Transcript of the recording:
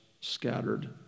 scattered